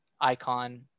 icon